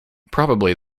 probably